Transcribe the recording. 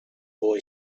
boy